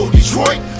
Detroit